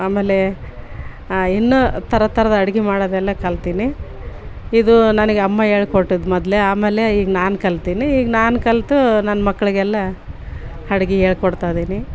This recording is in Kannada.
ಆಮೇಲೆ ಇನ್ನು ಥರ ಥರದ ಅಡ್ಗೆ ಮಾಡೋದ್ ಎಲ್ಲ ಕಲ್ತಿನಿ ಇದೂ ನನಗ್ ಅಮ್ಮ ಹೇಳ್ಕೊಟ್ಟಿದ್ ಮೊದ್ಲೆ ಆಮೇಲೆ ಈಗ ನಾನು ಕಲ್ತಿನಿ ಈಗ ನಾನು ಕಲಿತು ನನ್ನ ಮಕ್ಕಳಿಗೆಲ್ಲಾ ಅಡ್ಗೆ ಹೇಳ್ಕೊಡ್ತಾ ಇದೀನಿ